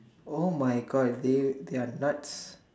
oh my God they they are nuts